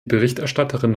berichterstatterin